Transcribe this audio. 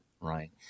Right